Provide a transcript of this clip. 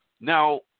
Now